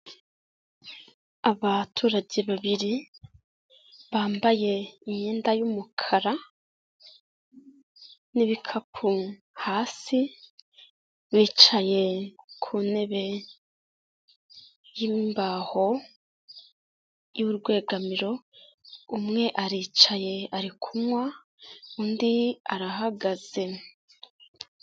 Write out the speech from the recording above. Abaturage babiri, bambaye imyenda y'umukara n'ibikapu hasi, bicaye ku ntebe y'imbaho, y'urwegamiro, umwe aricaye ari kunywa, undi arahagaze.